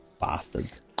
Bastards